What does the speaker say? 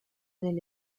del